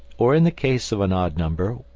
or, in the case of an odd number,